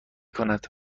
کند